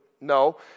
No